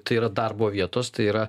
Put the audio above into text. tai yra darbo vietos tai yra